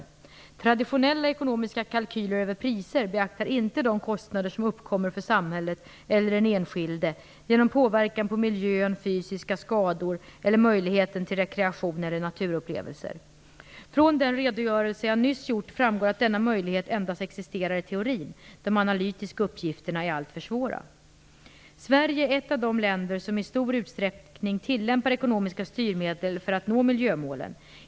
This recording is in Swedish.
I traditionella ekonomiska kalkyler över priset beaktas inte de kostnader som uppkommer för samhället eller den enskilde genom påverkan på miljön, fysiska skador eller möjligheten till rekreation eller naturupplevelser. Av den redogörelse jag nyss gjort framgår att denna möjlighet endast existerar i teorin - de analytiska uppgifterna är alltför svåra. Sverige är ett av de länder som i stor utsträckning tillämpar ekonomiska styrmedel för att nå miljömålen.